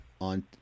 on